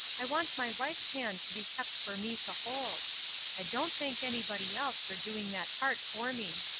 i want my wife's hand to be kept for me to hold i don't thank anybody else for doing that part for me